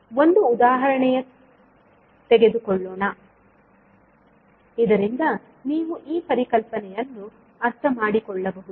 ಒಂದು ಉದಾಹರಣೆಯ ತೆಗೆದುಕೊಳ್ಳೋಣ ಇದರಿಂದ ನೀವು ಈ ಪರಿಕಲ್ಪನೆಯನ್ನು ಅರ್ಥಮಾಡಿಕೊಳ್ಳಬಹುದು